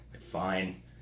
Fine